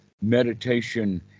meditation